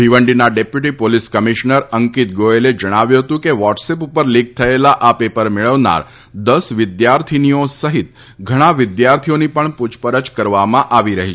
ભીવંડીના deputy police commissioner Ankit ગોયલે જણાવ્યું હતું કે વ્હોટસ એપ ઉપર લીક થયેલા આ પેપર મેળવનાર દસ વિદ્યાર્થીનીઓ સહિત ઘણા વિદ્યાર્થીઓની પણ પુછપરછ કરવામાં આવી રહી છે